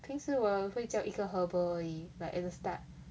平时我有会叫一个 herbal 而已 like at the start